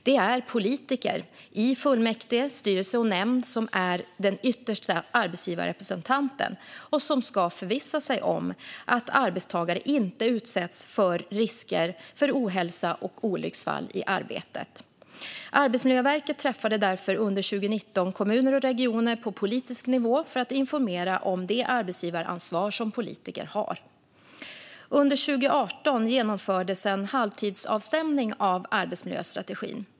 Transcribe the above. Det är politiker i fullmäktige, styrelse och nämnd som är den yttersta arbetsgivarrepresentanten och som ska förvissa sig om att arbetstagare inte utsätts för risker för ohälsa och olycksfall i arbetet. Arbetsmiljöverket träffade därför under 2019 kommuner och regioner på politisk nivå för att informera om det arbetsgivaransvar som politiker har. Under 2018 genomfördes en halvtidsavstämning av arbetsmiljöstrategin.